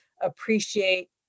appreciate